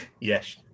Yes